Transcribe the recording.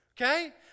okay